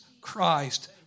Christ